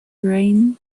rain